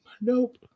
nope